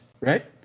right